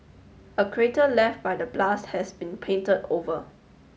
a crater left by the blast has been painted over